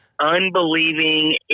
unbelieving